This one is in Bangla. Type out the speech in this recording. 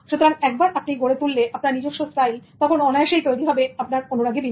সুতরাং একবার আপনি গড়ে তুললে আপনার নিজস্ব স্টাইল তখন অনায়াসেই তৈরি হবে আপনার অনুরাগী বৃন্দ